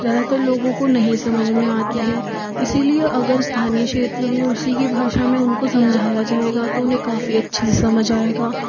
ज़्यादातर लोगों को नहीं समझ में आती है इसीलिए अगर स्थानीय क्षेत्र में उसी की भाषा में उनको समझाया जाएगा तो उन्हें काफी अच्छे से समझ आएगा